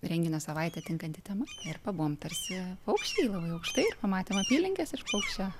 renginio savaitę tinkanti tema ir pabuvom tarsi paukščiai labai aukštai ir pamatėm apylinkes iš paukščio